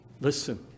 Listen